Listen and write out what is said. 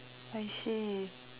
I see